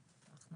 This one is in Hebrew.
לאט.